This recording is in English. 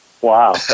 Wow